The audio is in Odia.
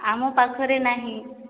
ଆମ ପାଖରେ ନାହିଁ